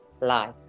life